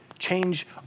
change